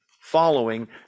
following